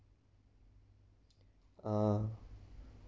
ah